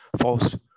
false